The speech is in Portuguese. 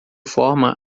forma